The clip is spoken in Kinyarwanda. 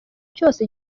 cyose